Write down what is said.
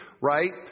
right